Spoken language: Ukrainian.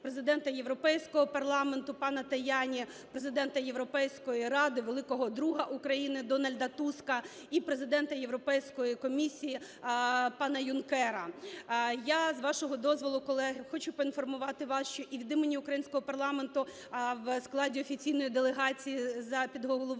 Президента Європейського парламенту пана Таяні, Президента Європейської Ради, великого друга України Дональда Туска і Президента Європейської комісії пана Юнкера. Я, з вашого дозволу, колеги, хочу поінформувати вас, що і від імені українського парламенту в складі офіційної делегації під головуванням